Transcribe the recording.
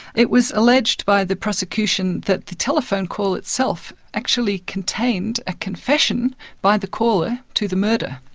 it was alleged by the prosecution that the telephone call itself actually contained a confession by the caller to the murder.